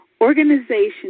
Organization